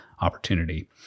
opportunity